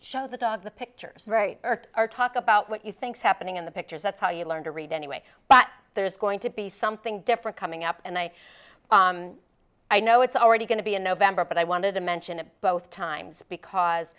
show the dog the pictures or talk about what you think's happening in the pictures that's how you learn to read anyway but there's going to be something different coming up and i i know it's already going to be in november but i wanted to mention it both times because